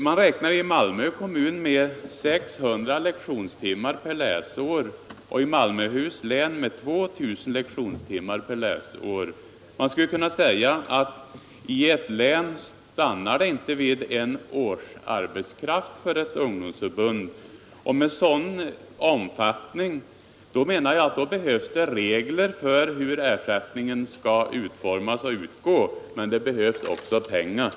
Man räknar i Malmö kommun med 600 Icktionstimmar per läsår och i Malmöhus lin med 2 000 Iektionstimmar per läsår. Det stannar alltså inte i ett län vid en årsarbetskraft för ett ungdomsförbund. Med en sådan omfattning av verksamheten menar jag att det behövs såväl regler för hur ersättningen skall utformas och utgå som pengar för att bekosta verksamheten.